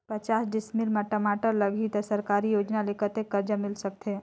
पचास डिसमिल मा टमाटर लगही त सरकारी योजना ले कतेक कर्जा मिल सकथे?